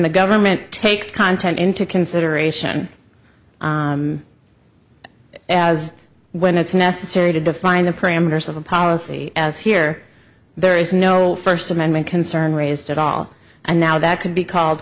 the government takes content into consideration as when it's necessary to define the parameters of a policy as here there is no first amendment concern raised at all and now that could be called